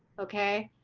okay.